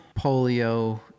Polio